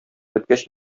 беткәч